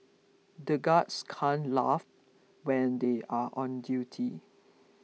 the guards can't laugh when they are on duty